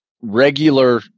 regular